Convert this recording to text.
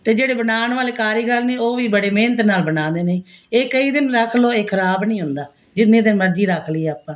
ਅਤੇ ਜਿਹੜੇ ਬਣਾਉਣ ਵਾਲੇ ਕਾਰੀਗਰ ਨੇ ਉਹ ਵੀ ਬੜੀ ਮਿਹਨਤ ਨਾਲ ਬਣਾਉਂਦੇ ਨੇ ਇਹ ਕਈ ਦਿਨ ਰੱਖ ਲੋ ਇਹ ਖਰਾਬ ਨਹੀਂ ਹੁੰਦਾ ਜਿੰਨੇ ਦਿਨ ਮਰਜ਼ੀ ਰੱਖ ਲਈਏ ਆਪਾਂ